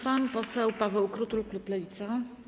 Pan poseł Paweł Krutul, klub Lewica.